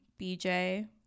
BJ